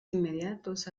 inmediatos